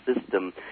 system